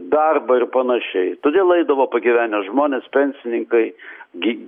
darbą ir panašiai todėl eidavo pagyvenę žmonės pensininkai gi